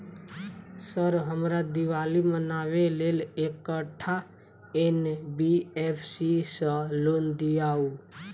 Sir हमरा दिवाली मनावे लेल एकटा एन.बी.एफ.सी सऽ लोन दिअउ?